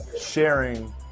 sharing